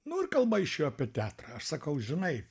nu ir kalba išėjo apie teatrą aš sakau žinai